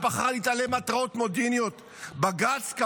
בג"ץ בחר להתעלם מהתראות מודיעיניות?